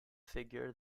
figure